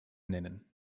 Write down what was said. nennen